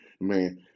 Man